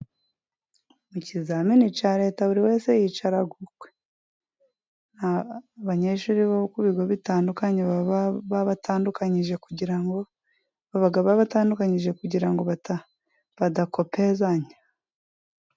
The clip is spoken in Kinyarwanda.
Mu kizamini cya Leta buri wese yicara ukwe. Abanyeshuri bo ku bigo bitandukanye baba babatandukanyije kugira ngo badakopezanya.